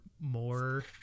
more